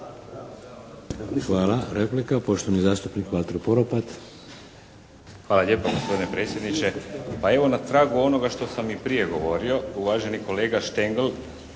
Hvala. Replika, poštovani zastupnik Valter Poropat. **Poropat, Valter (IDS)** Hvala lijepo gospodine predsjedniče. Pa evo na tragu onoga što sam i prije govorio uvaženi kolega Štengl,